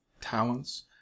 talents